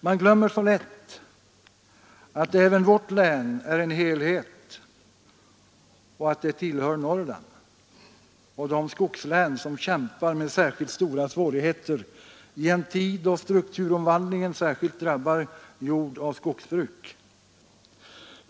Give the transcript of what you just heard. Man glömmer så lätt att även vårt län är en helhet och att det tillhör Norrland och de skogslän som kämpar med stora svårigheter i en tid då strukturomvandlingen särskilt drabbar jordoch skogsbruk.